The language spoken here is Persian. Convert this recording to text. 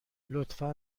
لطفا